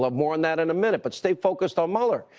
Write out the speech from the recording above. but more on that in a minute. but stay focused on mueller.